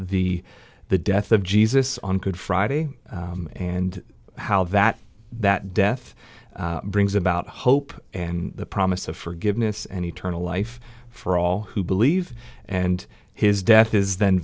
the the death of jesus on good friday and how that that death brings about hope and the promise of forgiveness and eternal life for all who believe and his death is then